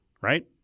right